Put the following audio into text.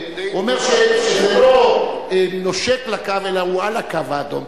הוא אומר שזה לא נושק לקו אלא הוא על הקו האדום.